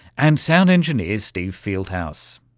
and sound engineer steve fieldhouse.